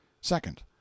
SECOND